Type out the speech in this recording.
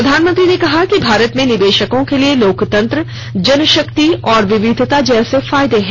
प्रधानमंत्री ने कहा कि भारत में निवेशकों के लिए लोकतंत्र जनशक्ति और विविधता जैसे फायदे हैं